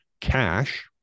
cash